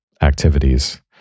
activities